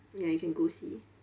ya you can go see